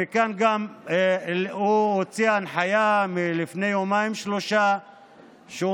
הוא גם הוציא הנחיה לפני יומיים-שלושה שהוא